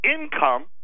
income